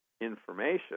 information